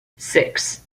six